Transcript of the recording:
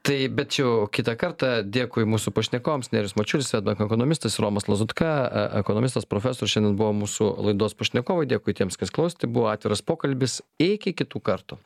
tai bet čia jau kitą kartą dėkui mūsų pašnekovams nerijus mačiulis swedbank ekonomistas romas lazutka e ekonomistas profesorius šiandien buvo mūsų laidos pašnekovai dėkui tiems kas klausėt tai buvo atviras pokalbis iki kitų kartų